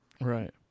Right